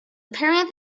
perianth